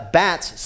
bats